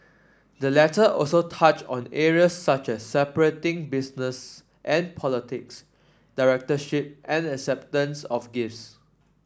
the letter also touched on areas such as separating business and politics directorship and acceptance of gifts